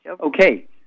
Okay